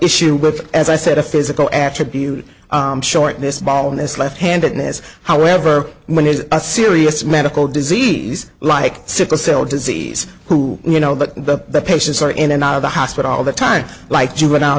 issue with as i said a physical attribute shortness bonus left handedness however when it is a serious medical disease like sickle cell disease who you know that the patients are in and out of the hospital all the time like juvenile